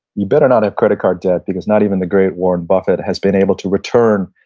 you better not have credit card debt, because not even the great warren buffett has been able to return,